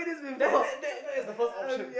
that that that that is the first option